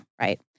right